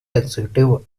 executive